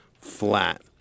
flat